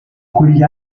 quegli